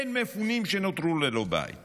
אין מפונים שנותרו ללא בית